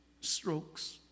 strokes